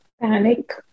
Panic